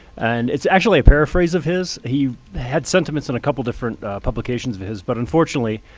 and it's actually a paraphrase of his. he had sentiments in a couple of different publications of his, but unfortunately,